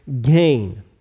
gain